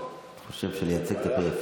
אבל אני חושב שהוא ראוי לייצג את הפריפריה.